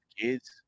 kids